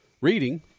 reading